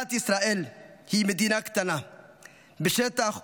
מדינת ישראל היא מדינה קטנה בשטח ובאוכלוסייה.